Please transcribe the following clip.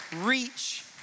reach